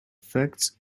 facts